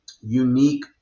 unique